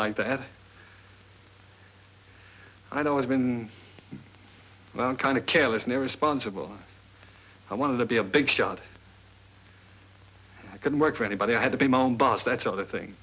like that i'd always been kind of careless never sponsible i wanted to be a big shot i couldn't work for anybody i had to be mown boss that's another thing